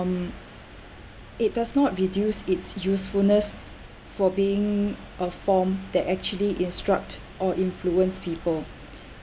it does not reduce its usefulness for being a form that actually instruct or influence people